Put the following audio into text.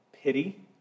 pity